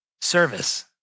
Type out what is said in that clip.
service